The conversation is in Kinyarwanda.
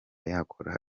yakora